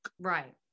Right